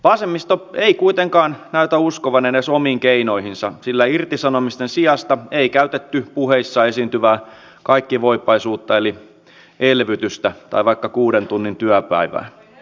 vasemmisto ei kuitenkaan näytä uskovan edes omiin keinoihinsa sillä irtisanomisten sijasta ei käytetty puheissa esiintyvää kaikkivoipaisuutta eli elvytystä tai vaikka kuuden tunnin työpäivää